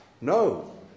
No